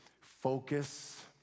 focus